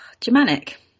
Germanic